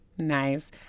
Nice